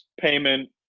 payment